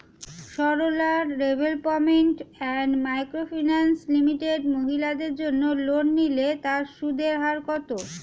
Sarala development and micro finance limited মহিলাদের জন্য loan নিলে তার সুদের হার কত?